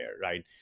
right